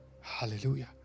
Hallelujah